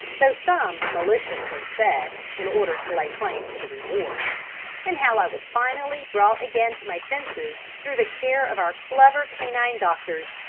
though some maliciously said, in order to lay claim to the reward and how i was finally brought again to my senses through the care of our clever canine doctors,